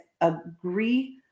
agree